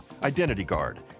IdentityGuard